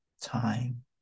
time